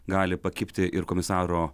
gali pakibti ir komisaro